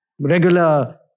Regular